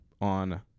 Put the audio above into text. on